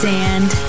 Sand